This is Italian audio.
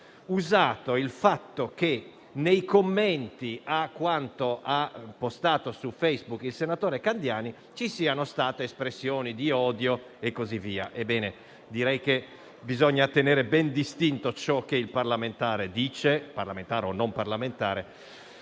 usato il fatto che, nei commenti a quanto ha postato su Facebook il senatore Candiani, ci siano state espressioni di odio e così via. Ebbene, direi che bisogna tenere ben distinto ciò che il parlamentare dice (parlamentare o non parlamentare)